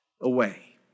away